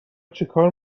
چیکار